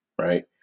right